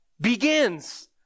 begins